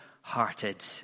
hearted